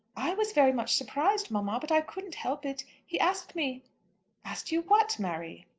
i was very much surprised, mamma, but i couldn't help it. he asked me asked you what, mary?